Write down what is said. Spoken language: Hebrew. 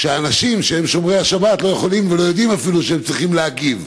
כשאנשים שהם שומרי השבת לא יכולים ולא יודעים אפילו שהם צריכים להגיב,